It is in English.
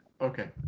Okay